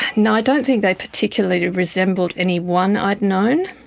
no, i don't think they particularly resembled anyone i'd known.